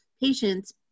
patients